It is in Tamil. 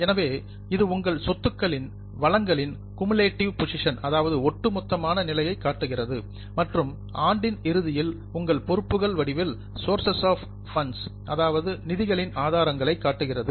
எனவே இது உங்கள் சொத்துக்களின் வளங்களின் குமுலேட்டிவ் பொசிஷன் ஒட்டுமொத்தமான நிலையை காட்டுகிறது மற்றும் ஆண்டின் இறுதியில் உங்கள் பொறுப்புகள் வடிவில் சோர்சஸ் ஆஃப் ஃபண்ட்ஸ் நிதிகளின் ஆதாரங்களை காட்டுகிறது